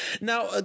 Now